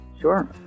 Sure